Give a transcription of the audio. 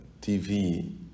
TV